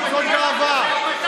זו גאווה.